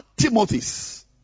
Timothys